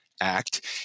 act